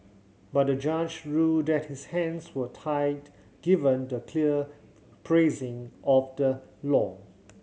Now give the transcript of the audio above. but the judge ruled that his hands were tied given the clear phrasing of the law